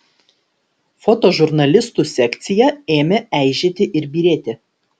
fotožurnalistų sekcija ėmė eižėti ir byrėti